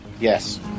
Yes